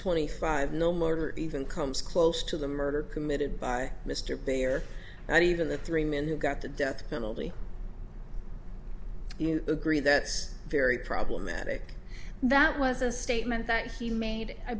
twenty five no murder even comes close to the murder committed by mr baier and even the three men who got the death penalty you agree that's very problematic that was a statement that he made i